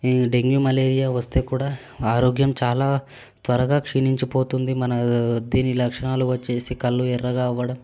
ఈ dengue malaria వస్తే కూడా ఆరోగ్యం చాలా త్వరగా క్షీణించిపోతుంది మన దీని లక్షణాలు వచ్చేసి కళ్ళు ఎర్రగా అవ్వడం